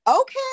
okay